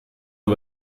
und